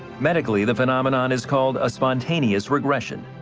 medically, the phenomenon is called a spontaneous regression,